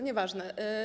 Nieważne.